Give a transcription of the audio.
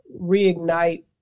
reignite